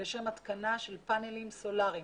לשם התקנה של פאנלים סולריים.